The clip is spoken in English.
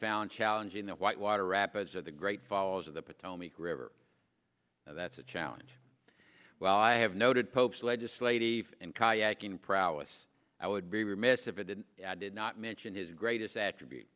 found challenging the white water rapids of the great falls of the potomac river that's a challenge well i have noted pope's legislative and kayaking prowess i would be remiss if i did i did not mention his greatest attribute